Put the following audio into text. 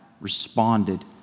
responded